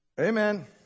Amen